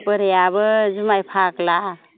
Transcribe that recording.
बोरायाबो जुमाइ फाग्ला